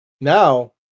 Now